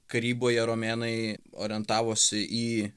karyboje romėnai orientavosi į